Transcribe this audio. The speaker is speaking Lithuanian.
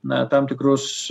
na tam tikrus